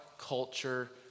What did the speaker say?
culture